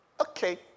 Okay